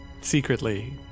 secretly